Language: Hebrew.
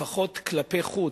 לפחות כלפי חוץ,